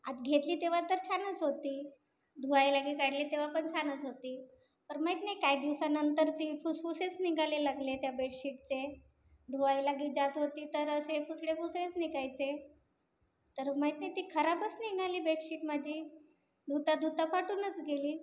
आत घेतली तेव्हा तर छानच होती धुवायलागी काढली तेव्हापण छानच होती पर माहीत नाही काही दिवसानंतर ती फुसफुसेच निघाले लागले त्या बेडशीटचे धुवायलागी जात होती तर असे फुसडेफुसेच निघायचे तर माहीत नाही ती खराबच निघाली बेडशीट माझी धुताधुता फाटूनच गेली